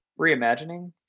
reimagining